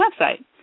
website